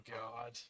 God